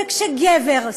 וכשגבר,